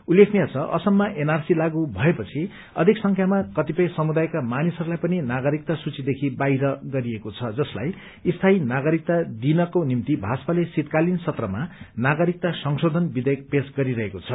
उल्लेखनीय छ आसममा एनआरसी लागू भएपछि अधिक संख्यामा कतिपय समुदायका मानिसहरूलाई पनि नागरिकता सूची देखि बाहिर गरिएको छ जसलाई स्थायी नागरिकता दिइनको निम्ति भाजपाले शीतकालिन सत्रमा नागरिकता संशोधन विषेयक पेश गरिरहेको छ